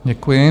Děkuji.